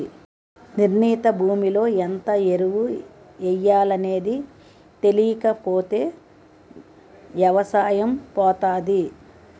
నిర్ణీత భూమిలో ఎంత ఎరువు ఎయ్యాలనేది తెలీకపోతే ఎవసాయం పోతాది